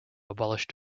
abolished